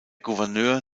gouverneur